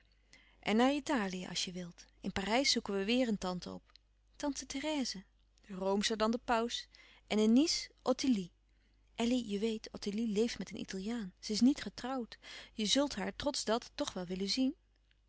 en naar italië als je wilt in parijs zoeken we weêr een tante op tante therèse roomscher dan de paus en in nice ottilie elly je weet ottilie leeft met een italiaan ze is niet getrouwd je zult haar trots dat toch wel willen zien